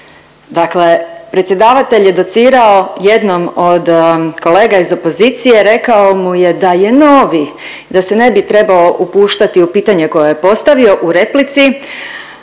Dakle, predsjedavatelj je docirao jednom od kolega iz opozicije, rekao mu je da je novi i da se ne bi trebao upuštati u pitanje koje postavio u replici,